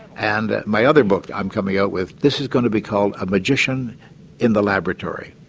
and my other book i'm coming out with, this is going to be called a magician in the laboratory.